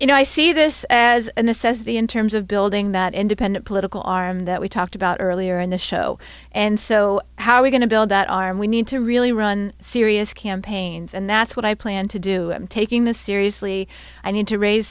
you know i see this as a necessity in terms of building that independent political arm that we talked about earlier in the show and so how are we going to build that arm we need to really run serious campaigns and that's what i plan to do i'm taking this seriously i need to raise